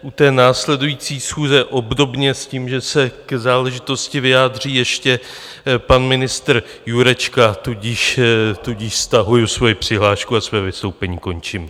U následující schůze obdobně s tím, že se k záležitosti vyjádří ještě pan ministr Jurečka, tudíž stahuji svoji přihlášku a své vystoupení končím.